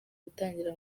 gutangira